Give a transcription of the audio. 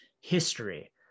history